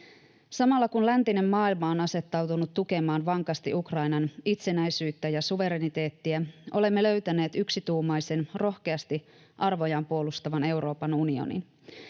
Samalla kun läntinen maailma on asettautunut tukemaan vankasti Ukrainan itsenäisyyttä ja suvereniteettia, olemme löytäneet yksituumaisen, rohkeasti arvojaan puolustavan Euroopan unionin.